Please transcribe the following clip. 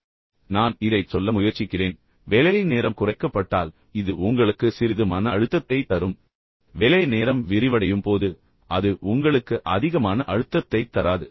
இப்போது நான் இதைச் சொல்ல முயற்சிக்கிறேன் நான் சொல்ல விரும்புவது என்னவென்றால் வேலை நேரம் குறைக்கப்பட்டால் இது உங்களுக்கு சிறிது மன அழுத்தத்தைத் தரும் வேலை நேரம் விரிவடையும் போது அது உங்களுக்கு அதிக மன அழுத்தத்தைத் தராது